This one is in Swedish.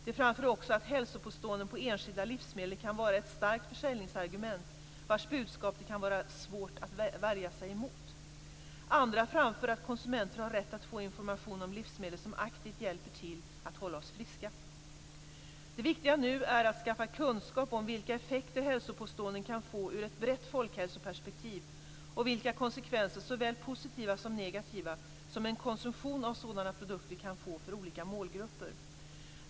De framför också att hälsopåståenden på enskilda livsmedel kan vara ett starkt försäljningsargument vars budskap det kan vara svårt att värja sig mot. Andra framför att konsumenter har rätt att få information om livsmedel som aktivt hjälper till att hålla oss friska. Det viktiga nu är att skaffa kunskap om vilka effekter hälsopåståenden kan få ur ett brett folkhälsoperspektiv och vilka konsekvenser, såväl positiva som negativa, som en konsumtion av sådana produkter kan få för olika målgrupper.